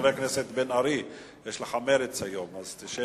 חבר הכנסת בן-ארי, היום יש לך מרץ, אז תשב